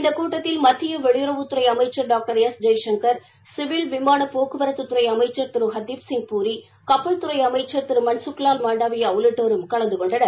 இந்த கூட்டத்தில் மத்திய வெளியுறவுத்துறை அமைச்சர் டாக்டர் எஸ் ஜெய்சங்கர் சிவில் விமான போக்குவரத்துத் துறை அமைச்சர் திரு ஹர்திப் சிய் பூரி கப்பல்துறை அமைச்சர் திரு மன்சுக் லால் மாண்டவியா உள்ளிட்டோரும் கலந்து கொண்டனர்